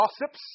gossips